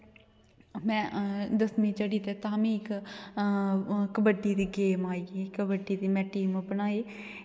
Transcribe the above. में दसमीं चढ़ी ते तां मी इक कबड्डी दी गेम आई ही कबड्डी दी में टीम बनाई